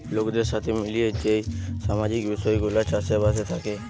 লোকদের সাথে মিলিয়ে যেই সামাজিক বিষয় গুলা চাষ বাসে থাকে